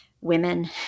women